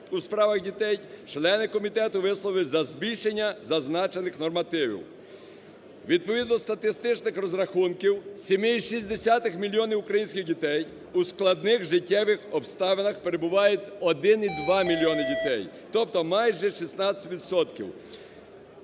у справах дітей, члени комітету висловилися за збільшення зазначених нормативів. Відповідно статистичних розрахунків, з 7,6 мільйона українських дітей у складних життєвих обставинах перебувають 1,2 мільйони дітей, тобто майже 16